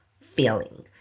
feeling